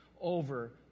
over